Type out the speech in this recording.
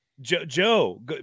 Joe